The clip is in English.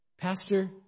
Pastor